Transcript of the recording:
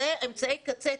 זה אמצעי קצה.